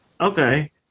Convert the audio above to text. Okay